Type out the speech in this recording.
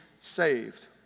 saved